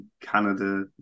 Canada